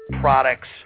products